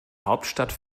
hauptstadt